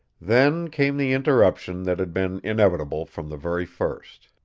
then came the interruption that had been inevitable from the very first.